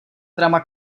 drama